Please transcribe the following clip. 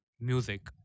music